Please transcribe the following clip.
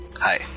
Hi